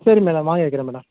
சரி மேடம் வாங்கி வைக்கிறேன் மேடம்